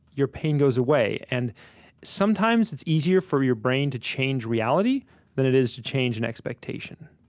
your pain goes away. and sometimes it's easier for your brain to change reality than it is to change an expectation.